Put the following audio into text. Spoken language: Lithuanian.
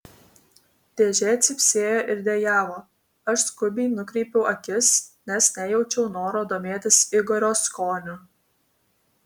dėžė cypsėjo ir dejavo aš skubiai nukreipiau akis nes nejaučiau noro domėtis igorio skoniu